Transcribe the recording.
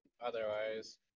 otherwise